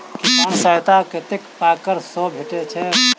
किसान सहायता कतेक पारकर सऽ भेटय छै?